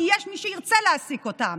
כי יש מי שירצה להעסיק אותן.